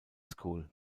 school